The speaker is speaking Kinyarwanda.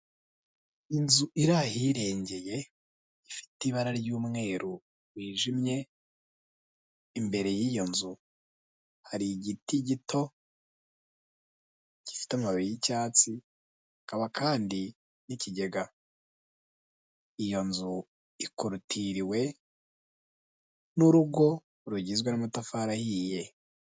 Inzu iri ahirengeye ifite ibara ry'umweru wijimye, imbere y'iyo nzu hari igiti gito, gifite amababi y'icyatsi, hakaba kandi n'ikigega, iyo nzu ikorutiriwe n'urugo rugizwe n'amatafari ahiye.